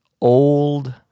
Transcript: old